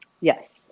Yes